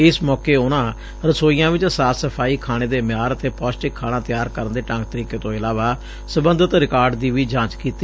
ਇਸ ਮੌਕੇ ਉਨਾਂ ਰਸੋਈਆਂ ਚ ਸਾਫ਼ ਸਫ਼ਾਈ ਖਾਣੇ ਦਾ ਮਿਆਰ ਅਤੇ ਪੌਸ਼ਟਿਕ ਖਾਣਾ ਤਿਆਰ ਕਰਨ ਦੇ ਢੰਗ ਤਰੀਕੇ ਤੋਂ ਇਲਾਵਾ ਸਬੰਧਤ ਰਿਕਾਰਡ ਦੀ ਵੀ ਜਾਚ ਕੀਤੀ